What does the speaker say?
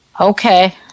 Okay